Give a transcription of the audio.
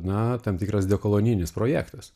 na tam tikras dekolonijinis projektas